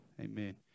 Amen